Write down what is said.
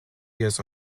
years